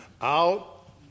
out